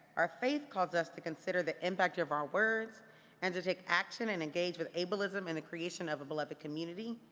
our faith calls us to consider the impact of our words and to take action and engage with able ism in the creation of a beloved community.